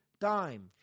time